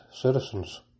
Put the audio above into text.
citizens